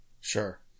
Sure